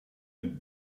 and